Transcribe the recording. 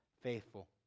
faithful